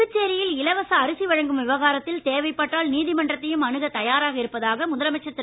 புதுச்சேரியில் இலவச அரிசி வழங்கும் விவகாரத்தில் தேவைப்பட்டால் நீதிமன்றத்தையும் அணுக தயாராக இருப்பதாக முதலமைச்சர் திரு